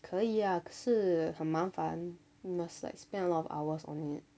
可以啊可是很麻烦 must like spend a lot of hours on it